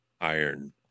iron